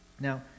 Now